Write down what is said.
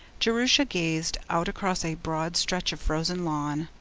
jerusha gazed out across a broad stretch of frozen lawn,